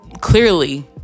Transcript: clearly